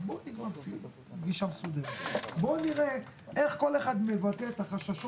הוא מצב בעייתי בעיננו ואנחנו מנצלים את ההזדמנות